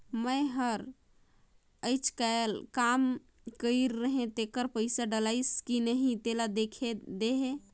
मै हर अईचकायल काम कइर रहें तेकर पइसा डलाईस कि नहीं तेला देख देहे?